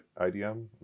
IDM